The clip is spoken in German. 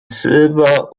silber